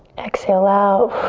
exhale out.